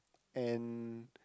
and